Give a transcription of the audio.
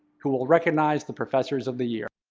who will recognize the professors of the year.